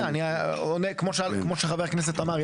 אין בעיה אני אומר כמו שחבר הכנסת אמר.